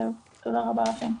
זהו, תודה רבה לכם.